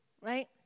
right